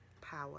power